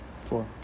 four